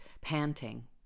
panting